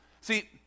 See